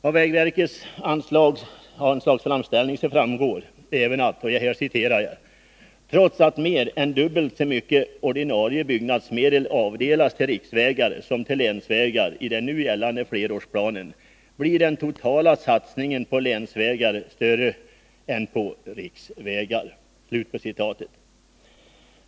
Av vägverkets anslagsframställning framgår även, att ”trots att mer än dubbelt så mycket ordinarie byggnadsmedel avdelas till riksvägar som till länsvägar i den nu gällande flerårsplanen blir den totala satsningen på länsvägar större än på riksvägar”.